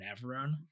Navarone